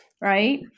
Right